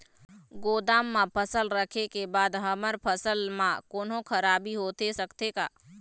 गोदाम मा फसल रखें के बाद हमर फसल मा कोन्हों खराबी होथे सकथे का?